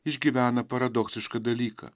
išgyvena paradoksišką dalyką